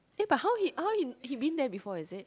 eh but how he how he he'd been there before is it